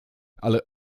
ale